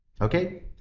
Okay